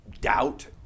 doubt